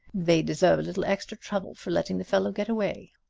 they deserve a little extra trouble for letting the fellow get away.